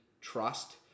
trust